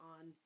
on